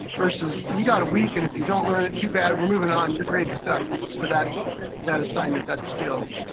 versus, you gotta a week, and if you don't learn it, too bad. we're moving on. your grade's stuck for that that assignment, that skill.